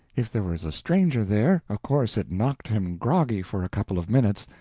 if there was a stranger there of course it knocked him groggy for a couple of minutes,